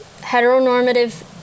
heteronormative